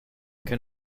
can